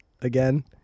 again